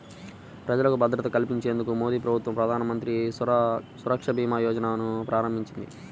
ప్రజలకు భద్రత కల్పించేందుకు మోదీప్రభుత్వం ప్రధానమంత్రి సురక్షభీమాయోజనను ప్రారంభించింది